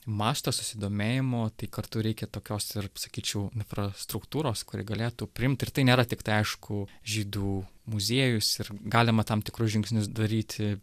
masto susidomėjimo tai kartu reikia tokios ir sakyčiau infrastruktūros kuri galėtų priimt ir tai nėra tiktai aišku žydų muziejus ir galima tam tikrus žingsnius daryti